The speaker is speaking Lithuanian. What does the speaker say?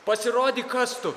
pasirodyk kas tu